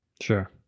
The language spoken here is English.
Sure